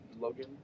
Logan